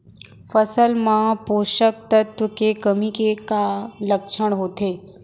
फसल मा पोसक तत्व के कमी के का लक्षण होथे?